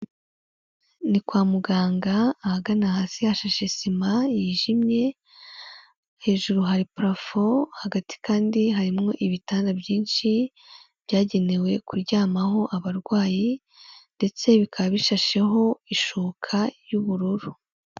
Ni kwa muganga, ahagana hasi hashashe sima yijimye, hejuru hari prafo, hagati kandi harimo ibitanda byinshi byagenewe kuryamaho abarwayi ndetse bikaba bishasheho ishoka y'ubururu.